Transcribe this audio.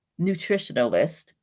nutritionalist